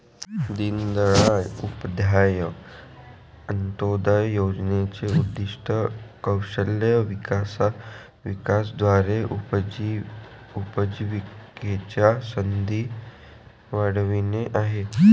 दीनदयाळ उपाध्याय अंत्योदय योजनेचे उद्दीष्ट कौशल्य विकासाद्वारे उपजीविकेच्या संधी वाढविणे हे आहे